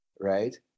right